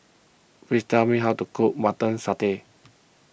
please tell me how to cook Mutton Satay